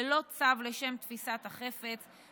ללא צו לשם תפיסת חפץ,